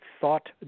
Thought